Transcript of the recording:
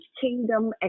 kingdom